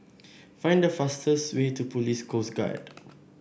find the fastest way to Police Coast Guard